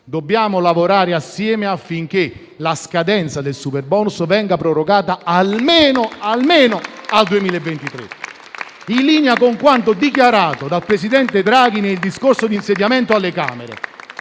Dobbiamo lavorare assieme affinché la scadenza del superbonus venga prorogata almeno al 2023, in linea con quanto dichiarato dal presidente Draghi nel discorso di insediamento alle Camere.